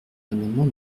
l’amendement